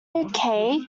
okay